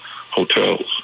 hotels